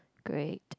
great